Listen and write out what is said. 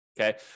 okay